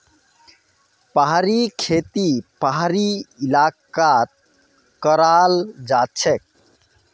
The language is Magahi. पहाड़ी खेती पहाड़ी इलाकात कराल जाछेक